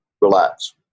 relax